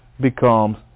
becomes